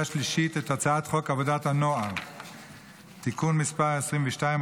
השלישית את הצעת חוק עבודת הנוער (תיקון מס' 22),